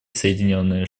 соединенные